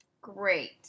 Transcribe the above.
Great